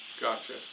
Gotcha